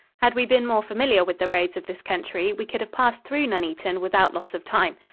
had we been more familiar with the roads of this country, we could have passed through nuneaton without loss of time.